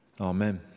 Amen